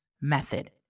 method